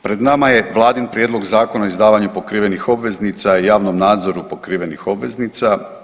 Pred nama je Vladin prijedlog Zakona o izdavanju pokrivenih obveznica i javnom nadzoru pokrivenih obveznica.